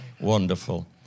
Wonderful